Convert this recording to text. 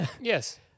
yes